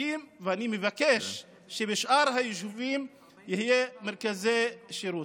מסכים ומבקש שבשאר היישובים יהיו מרכזי שירות.